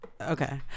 okay